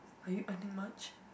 are you earning much